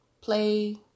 play